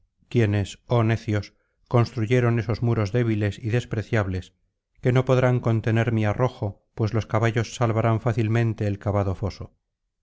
quienes oh necios construyeron esos muros débiles y despreciables que no podrán contener mi arrojo pues los caballos salvarán fácilmente el cavado foso